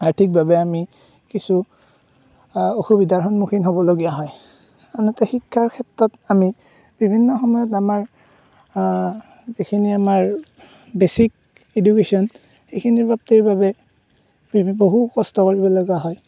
আৰ্থিকভাৱে আমি কিছু অসুবিধাৰ সন্মুখীন হ'বলগীয়া হয় আনহাতে শিক্ষাৰ ক্ষেত্ৰত আমি বিভিন্ন সময়ত আমাৰ যিখিনি আমাৰ বেছিক এডুকেশ্যন সেইখিনি প্ৰাপ্তিৰ বাবে বিভি বহু কষ্ট কৰিবলগীয়া হয়